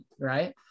right